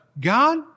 God